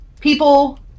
people